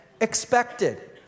expected